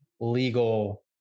legal